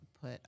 put